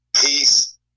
peace